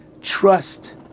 trust